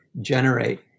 generate